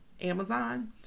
Amazon